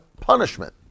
punishment